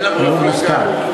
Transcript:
מוסכם.